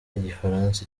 igifaransa